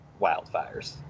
wildfires